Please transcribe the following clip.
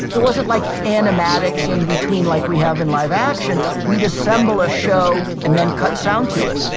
there wasn't like animatics in between like we have in live action. we'd assemble a show and then cut sound to it